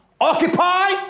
Occupy